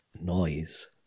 noise